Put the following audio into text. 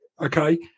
okay